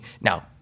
now